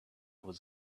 was